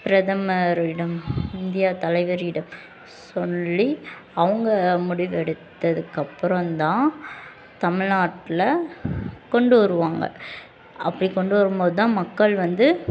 பிரதமரிடம் இந்தியா தலைவரிடம் சொல்லி அவங்க முடிவு எடுத்ததுக்கு அப்புறந்தான் தமிழ்நாட்டில் கொண்டு வருவாங்க அப்படி கொண்டு வரும் போது தான் மக்கள் வந்து